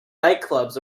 nightclubs